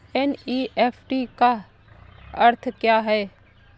NEFT का अर्थ क्या है?